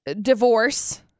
divorce